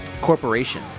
corporation